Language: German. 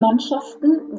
mannschaften